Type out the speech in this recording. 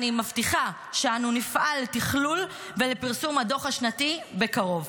אני מבטיחה שאנו נפעל לתכלול ולפרסום של הדוח השנתי בקרוב.